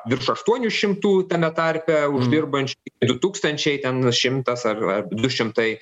virš aštuonių šimtų tame tarpe uždirbančių du tūkstančiai ten šimtas ar ar du šimtai